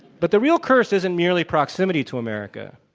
but the real curse isn't merely proximity to america.